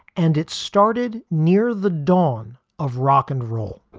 and it started near the dawn of rock and roll